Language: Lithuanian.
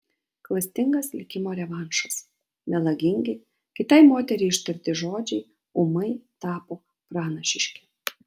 klastingas likimo revanšas melagingi kitai moteriai ištarti žodžiai ūmai tapo pranašiški